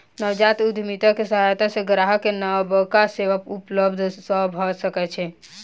नवजात उद्यमिता के सहायता सॅ ग्राहक के नबका सेवा उपलब्ध भ सकै छै